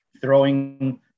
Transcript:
throwing